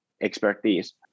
expertise